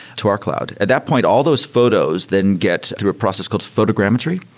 to our cloud. at that point, all those photos then get through a process called photogrammetry.